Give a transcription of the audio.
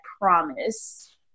promise